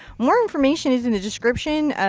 more information is in the description. ah,